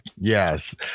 Yes